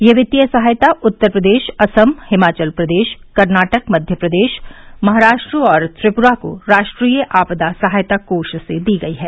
यह वित्तीय सहायता उत्तर प्रदेश असम हिमाचल प्रदेश कर्नाटक मध्य प्रदेश महाराष्ट्र और त्रिपुरा को राष्ट्रीय आपदा सहायता कोष से दी गई है